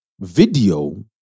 Video